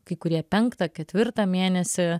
kai kurie penktą ketvirtą mėnesį